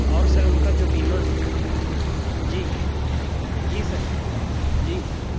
اور سر ان کا جو بیمہ ہے جی جی سر جی